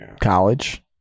College